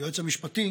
היועץ המשפטי